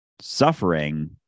suffering